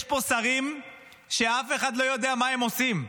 יש פה שרים שאף אחד לא יודע מה הם עושים.